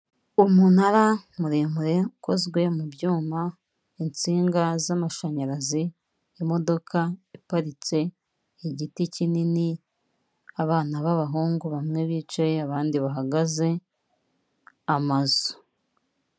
Umunara muremure ukozwe mu byuma, insinga z'amashanyarazi, imodoka iparitse, igiti kinini abana b'abahungu bamwe bicaye abandi bahagaze, amazu.